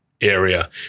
area